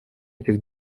этих